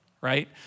right